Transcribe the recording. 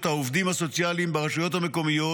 העובדים הסוציאליים ברשויות המקומיות,